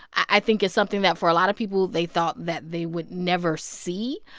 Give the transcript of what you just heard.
i think it's something that for a lot of people, they thought that they would never see.